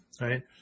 right